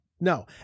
no